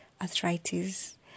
arthritis